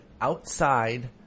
outside